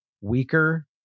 Weaker